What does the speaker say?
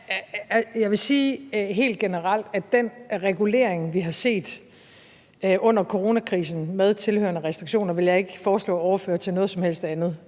Jeg vil sige helt generelt, at den regulering, vi har set under coronakrisen, med tilhørende restriktioner vil jeg ikke foreslå overført til noget som helst andet.